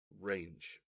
range